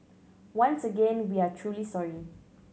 once again we are truly sorry